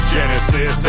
Genesis